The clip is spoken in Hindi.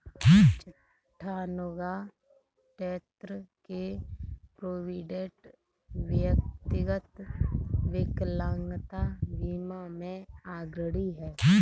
चट्टानूगा, टेन्न के प्रोविडेंट, व्यक्तिगत विकलांगता बीमा में अग्रणी हैं